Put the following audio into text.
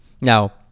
Now